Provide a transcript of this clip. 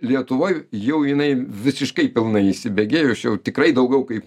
lietuvoj jau jinai visiškai pilnai įsibėgėjus jau tikrai daugiau kaip